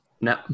No